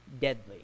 deadly